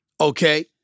Okay